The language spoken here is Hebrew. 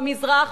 במזרח,